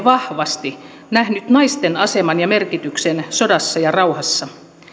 vahvasti nähnyt naisten aseman ja merkityksen sodassa ja rauhassa